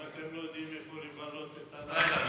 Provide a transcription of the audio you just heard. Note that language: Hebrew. אם אתם לא יודעים איפה לבלות את הלילה,